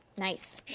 nice.